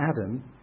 Adam